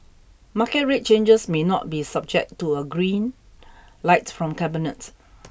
market rate changes may not be subject to a green light from cabinet